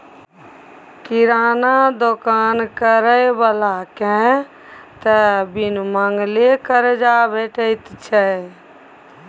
किराना दोकान करय बलाकेँ त बिन मांगले करजा भेटैत छै